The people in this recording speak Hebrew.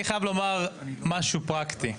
אני חייב לומר משהו פרקטי.